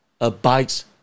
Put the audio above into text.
abides